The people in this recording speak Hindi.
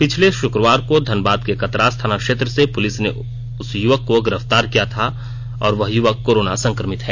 पिछले शुक्रवार को धनबाद के कतरास थाना क्षेत्र से पुलिस ने उस युवक को गिरफ्तार किया था और वह युवर्क कोरोना संक्रमित है